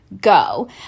go